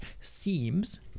seems